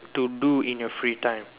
to do in your free time